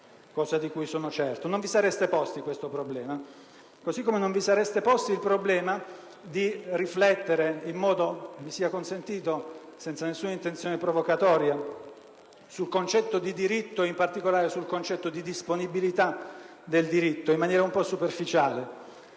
Non vi sareste posti questo problema, così come non vi sareste posti il problema di riflettere - mi sia consentito, senza alcuna intenzione provocatoria - sul concetto di diritto e, in particolare, di disponibilità del diritto in maniera un po' superficiale,